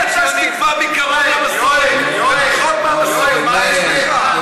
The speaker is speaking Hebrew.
שתקבע מי קרוב למסורת או, למה אתה אומר דבר כזה?